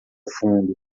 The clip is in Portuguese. fundo